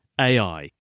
AI